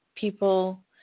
People